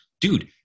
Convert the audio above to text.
dude